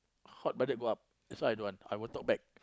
hot blooded go up so I don't want I won't talk back